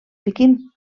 pequín